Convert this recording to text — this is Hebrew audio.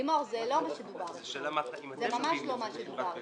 לימור, זה ממש לא מה שדיברת אתמול.